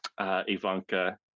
Ivanka